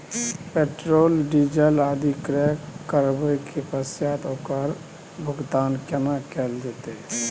Petrol, diesel आदि क्रय करबैक पश्चात ओकर भुगतान केना कैल जेतै?